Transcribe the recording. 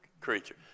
creature